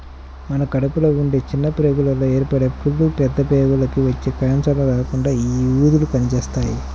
మన కడుపులో ఉండే చిన్న ప్రేగుల్లో ఏర్పడే పుళ్ళు, పెద్ద ప్రేగులకి వచ్చే కాన్సర్లు రాకుండా యీ ఊదలు పనిజేత్తాయి